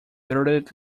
bearded